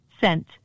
sent